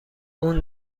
اون